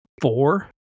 four